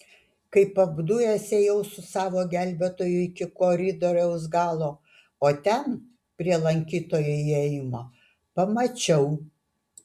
kaip apdujęs ėjau su savo gelbėtoju iki koridoriaus galo o ten prie lankytojų įėjimo pamačiau